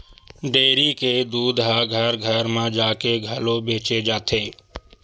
dairy के दूद ह घर घर म जाके घलो बेचे जाथे